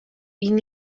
این